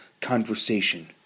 conversation